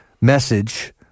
message